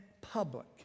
public